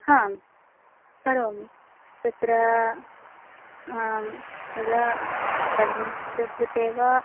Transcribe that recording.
आं करोमि तत्र आं कदा चलनचित्रं कृते वा